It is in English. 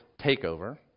takeover